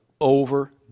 over